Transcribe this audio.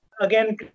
again